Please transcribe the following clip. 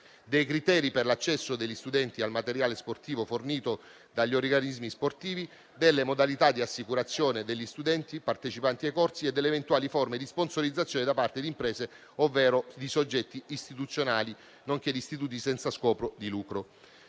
dei criteri per l'accesso degli studenti al materiale sportivo fornito dagli organismi sportivi, delle modalità di assicurazione degli studenti partecipanti ai corsi e delle eventuali forme di sponsorizzazione da parte di imprese, ovvero di soggetti istituzionali, nonché di istituti senza scopo di lucro.